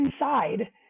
inside